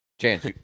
Chance